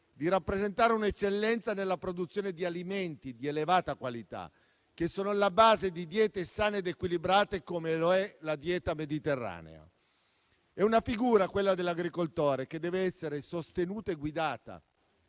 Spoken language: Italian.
di rappresentare un'eccellenza nella produzione di alimenti di elevata qualità, che sono alla base di diete sane ed equilibrate, come lo è quella mediterranea. È una figura, quella dell'agricoltore, che dev'essere sostenuta e guidata,